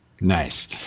Nice